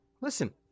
Listen